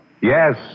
Yes